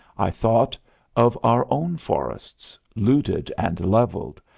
i thought of our own forests, looted and leveled,